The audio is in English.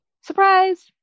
surprise